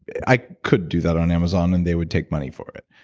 but i could do that on amazon, and they would take money for it,